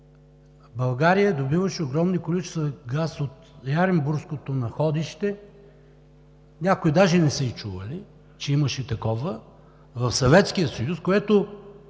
България добиваше огромни количества газ от Яринбурското находище. Някои даже не са и чували, че имаше такова в Съветския